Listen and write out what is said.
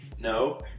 No